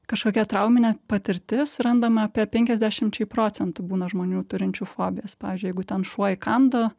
kažkokia trauminė patirtis randama apie penkiasdešimčiai procentų būna žmonių turinčių fobijas pavyzdžiui jeigu ten šuo įkando